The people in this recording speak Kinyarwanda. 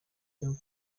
cyo